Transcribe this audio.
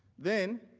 then,